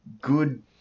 good